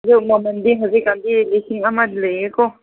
ꯑꯗꯨ ꯃꯃꯟꯗꯤ ꯍꯧꯖꯤꯛꯀꯥꯟꯗꯤ ꯂꯤꯁꯤꯡ ꯑꯃ ꯂꯩꯌꯦꯀꯣ